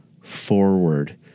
forward